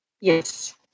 Yes